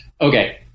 Okay